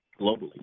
globally